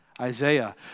Isaiah